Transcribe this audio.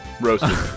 roasted